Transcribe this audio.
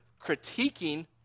critiquing